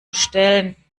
bestellen